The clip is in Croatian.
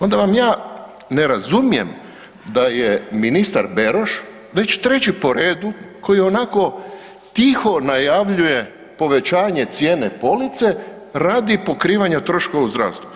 Onda vam ja ne razumijem da je ministar Beroš već treći po redu koji onako tiho najavljuje povećanje cijene police radi pokrivanja troškova u zdravstvu.